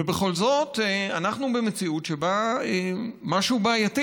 ובכל זאת אנחנו במציאות שבה משהו בעייתי